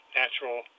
natural